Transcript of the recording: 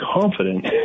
confident